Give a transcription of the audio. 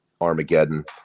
Armageddon